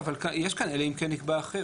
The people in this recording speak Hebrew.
לא, אבל יש כאן, אלא אם כן נקבע אחרת.